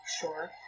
sure